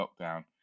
lockdown